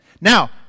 Now